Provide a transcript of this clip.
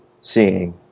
seeing